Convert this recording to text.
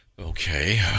okay